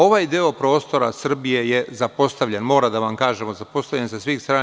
Ovaj deo prostora Srbije je zapostavljen, moramo da vam kažemo, zapostavljen sa svih strana.